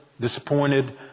disappointed